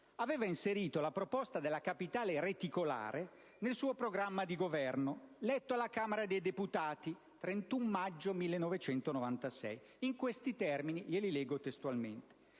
aveva inserito la proposta della capitale reticolare nel suo programma di Governo, letto alla Camera dei deputati il 31 maggio 1996 in questi termini, che riporto testualmente: